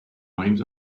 rhymes